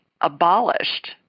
abolished